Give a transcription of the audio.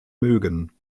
mögen